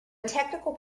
technical